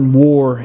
war